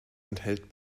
enthält